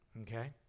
Okay